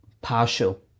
partial